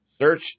Search